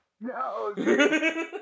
No